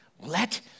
Let